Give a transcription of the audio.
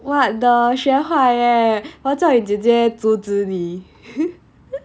what the 学坏 eh 我叫那你姐姐阻止你